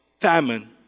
famine